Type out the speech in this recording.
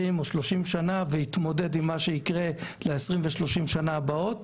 שנים ויתמודד עם מה שיקרה בעתית הם התושבים במקום.